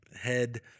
head